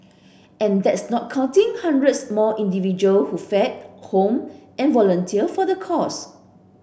and that's not counting hundreds more individual who feed home and volunteer for the cause